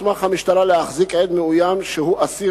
תוסמך המשטרה להחזיק עד מאוים שהוא אסיר